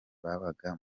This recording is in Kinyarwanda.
babaga